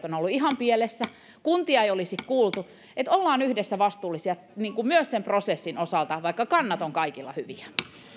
ovat olleet ihan pielessä ja että kuntia ei olisi kuultu ollaan yhdessä vastuullisia myös sen prosessin osalta vaikka kannat ovat kaikilla hyviä